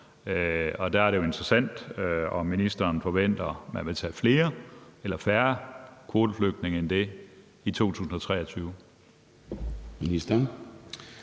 og der er det jo interessant, om ministeren forventer, at man vil tage flere eller færre kvoteflygtninge end det i 2023.